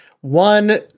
One